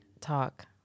talk